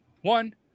one